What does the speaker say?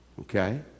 Okay